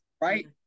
right